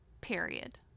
period